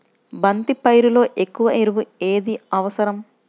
బంతి పైరులో ఎక్కువ ఎరువు ఏది అవసరం?